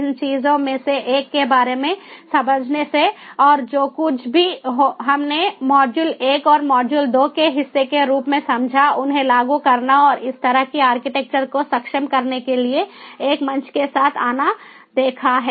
इन चीजों में से एक के बारे में समझने से और जो कुछ भी हमने मॉड्यूल एक और मॉड्यूल 2 के हिस्से के रूप में समझा उन्हें लागू करना और इस तरह की आर्किटेक्चर को सक्षम करने के लिए एक मंच के साथ आना देखा है